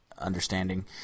understanding